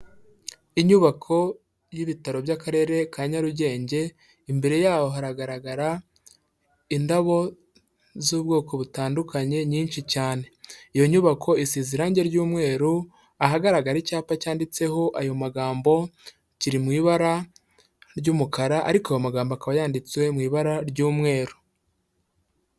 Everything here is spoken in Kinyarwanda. Inyubako y'ibitaro by'Akarere ka Nyarugenge, imbere yaho hagaragara indabo z'ubwoko butandukanye nyinshi cyane, iyo nyubako isize irange ry'umweru ahagaragara icyapa cyanditseho ayo magambo kiri mu ibara ry'umukara ariko ayo magambo akaba yanditse mu ibara ry'umweru.